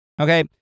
Okay